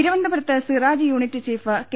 തിരുവനന്തപുരത്ത് Siraj unit chief K